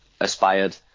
aspired